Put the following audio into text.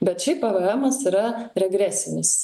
bet šiaip pvemas yra regresinis